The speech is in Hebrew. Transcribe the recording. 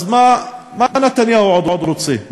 אז מה נתניהו עוד רוצה?